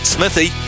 Smithy